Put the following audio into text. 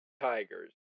Tigers